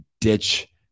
ditch